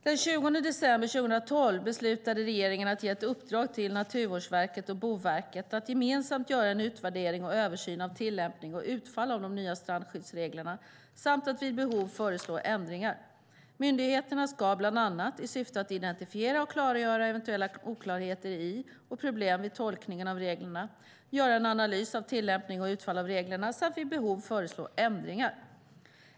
Den 20 december 2012 beslutade regeringen att ge ett uppdrag till Naturvårdsverket och Boverket att gemensamt göra en utvärdering och översyn av tillämpning och utfall av de nya strandskyddsreglerna samt vid behov föreslå ändringar. Myndigheterna ska bland annat, i syfte att identifiera och klargöra eventuella oklarheter i och problem vid tolkningen av reglerna, göra en analys av tillämpning och utfall av reglerna samt vid behov föreslå ändringar.